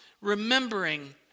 remembering